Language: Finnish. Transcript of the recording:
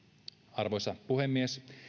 arvoisa puhemies